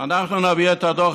מיכאל מלכיאלי (ש"ס): אדוני